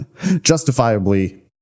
justifiably